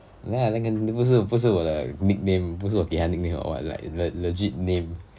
那那个你不是不是我的 nickname 不是我给她 nickname or what uh like legit name